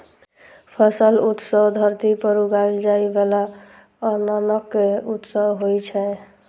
फसल उत्सव धरती पर उगाएल जाइ बला अन्नक उत्सव होइ छै